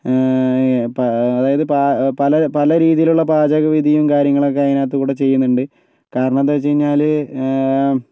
ഇപ്പോൾ അതായത് പ പല പലരീതിയിലുള്ള പാചകവിധിയും കാര്യങ്ങളൊക്കെ അതിനകത്തു കൂടി ചെയ്യുന്നുണ്ട് കാരണമെന്തായെന്ന് വെച്ച് കഴിഞ്ഞാൽ